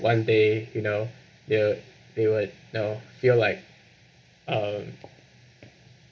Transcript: one day you know they would they would know feel like um